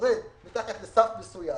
יורד מתחת לסף מסוים,